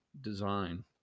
design